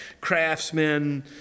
craftsmen